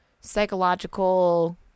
psychological